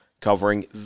covering